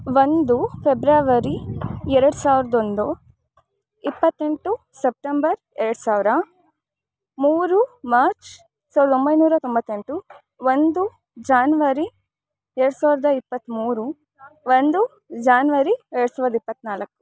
ಒಂದು ಫೆಬ್ರವರಿ ಎರ್ಡು ಸಾವಿರದೊಂದು ಇಪ್ಪತ್ತೆಂಟು ಸೆಪ್ಟೆಂಬರ್ ಎರ್ಡು ಸಾವಿರ ಮೂರು ಮಾರ್ಚ್ ಸಾವಿರ್ದ ಒಂಬೈನೂರ ತೊಂಬತ್ತೆಂಟು ಒಂದು ಜಾನ್ವರಿ ಎರ್ಡು ಸಾವಿರ್ದ ಇಪ್ಪತ್ಮೂರು ಒಂದು ಜಾನ್ವರಿ ಎರ್ಡು ಸಾವಿರ್ದ ಇಪ್ಪತ್ನಾಲ್ಕು